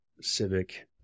civic